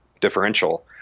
differential